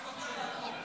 הוא נותן לי את הזכות שלו.